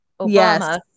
Obama